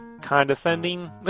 condescending